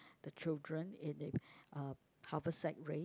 the children in a uh haversack race